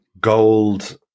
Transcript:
gold